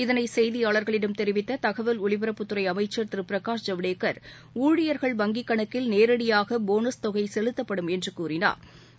இதனை செய்தியாளர்களிடம் தெரிவித்த தகவல் ஒலிபரப்புத் துறை அமைச்சர் திரு பிரகாஷ் ஜவடேக்கர் ஊழியர்கள் வங்கிக் கணக்கில் நேரடியாக போனஸ் தொகை செலுத்தப்படும் என்று கூறினாா்